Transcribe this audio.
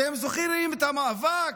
אתם זוכרים את המאבק